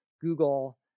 Google